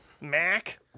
Mac